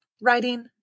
writing